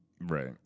right